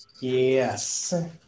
Yes